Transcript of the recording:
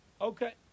Okay